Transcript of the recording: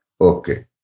Okay